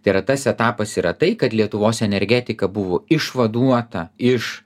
tai yra tas etapas yra tai kad lietuvos energetika buvo išvaduota iš